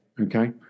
okay